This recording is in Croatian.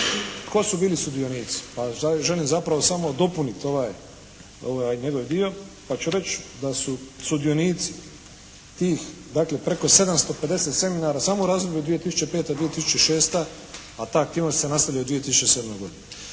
tko su bili sudionici. Pa želim zapravo samo dopuniti ovaj njegov dio pa ću reći da su sudionici tih dakle preko 750 seminara samo u razdoblju od 2005., 2006. a ta aktivnost se nastavlja i u 2007. godini.